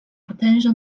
potential